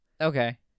Okay